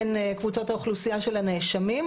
בין קבוצות האוכלוסייה של הנאשמים,